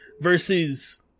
Versus